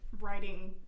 writing